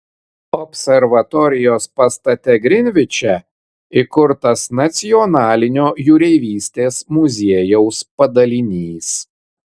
observatorijos pastate grinviče įkurtas nacionalinio jūreivystės muziejaus padalinys